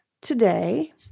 today